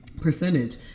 percentage